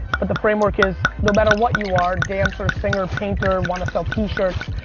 but the framework is no matter what you are, dancer, singer, painter, want to sell t-shirts,